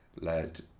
led